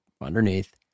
underneath